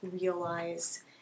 realize